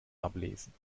ablesen